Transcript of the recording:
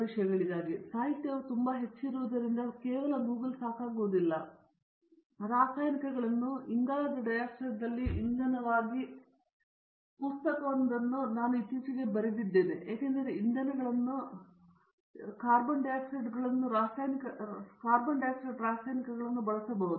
ಅವರ ಸಾಹಿತ್ಯವು ತುಂಬಾ ಹೆಚ್ಚಿರುವುದರಿಂದ ಈಗ ಸಾಕಾಗುವುದಿಲ್ಲ ಏಕೆಂದರೆ ನಾನು ನಿಮಗೆ ಹೇಳಬೇಕಾದರೂ ಸಹ ರಾಸಾಯನಿಕಗಳನ್ನು ಇಂಗಾಲದ ಡೈಆಕ್ಸೈಡ್ನಲ್ಲಿ ಇಂಧನವಾಗಿ ಪುಸ್ತಕವೊಂದನ್ನು ನಾನು ಇತ್ತೀಚೆಗೆ ಬರೆಯುತ್ತಿದ್ದೇನೆ ಏಕೆಂದರೆ ನಾವು ಇಂಧನಗಳನ್ನು ಮತ್ತು ಕಾರ್ಬನ್ ಡೈಆಕ್ಸೈಡ್ ರಾಸಾಯನಿಕಗಳನ್ನು ಬಳಸಬಹುದು